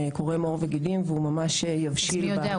קורם עור וגידים והוא ממש יבשיל ב- -- מי יודע,